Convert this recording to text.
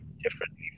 differently